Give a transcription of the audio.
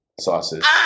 sauces